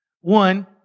One